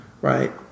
Right